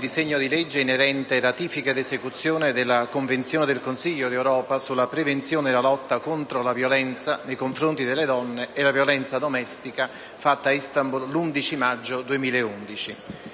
disegno di legge n. 720, di ratifica ed esecuzione della Convenzione del Consiglio d'Europa sulla prevenzione e la lotta contro la violenza nei confronti delle donne e la violenza domestica, fatta a Istanbul l'11 maggio 2011.